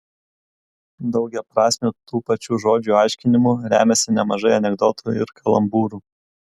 daugiaprasmiu tų pačių žodžių aiškinimu remiasi nemažai anekdotų ir kalambūrų